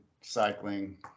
cycling